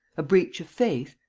a breach of faith?